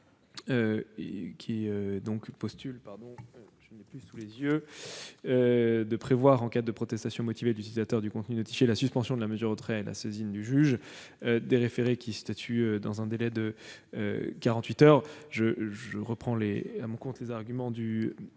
je reprends à mon compte les arguments de M.